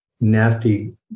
nasty